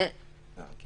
כי